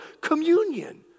Communion